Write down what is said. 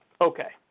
Okay